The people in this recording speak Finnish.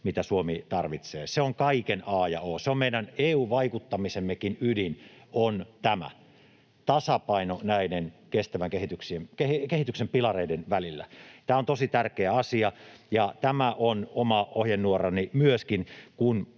mitä Suomi tarvitsee. Se on kaiken a ja o. Meidän EU-vaikuttamisemmekin ydin on tämä tasapaino näiden kestävän kehityksen pilareiden välillä. Tämä on tosi tärkeä asia, ja tämä on oma ohjenuorani myöskin,